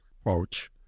approach